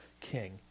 King